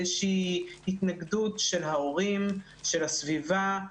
ארגון החינוך וההסברה של הקהילה הגאה שהוזכר פה כמה